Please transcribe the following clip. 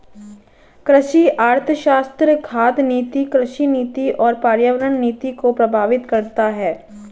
कृषि अर्थशास्त्र खाद्य नीति, कृषि नीति और पर्यावरण नीति को प्रभावित करता है